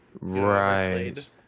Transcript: right